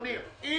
אם